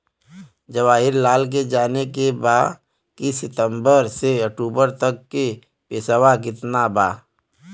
जवाहिर लाल के जाने के बा की सितंबर से अक्टूबर तक के पेसवा कितना बा?